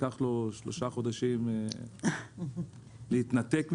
לקח לו שלושה חודשים להתנתק משם,